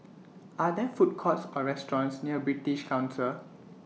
Are There Food Courts Or restaurants near British Council